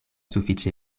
sufiĉe